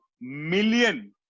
million